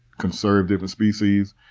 conserve different species.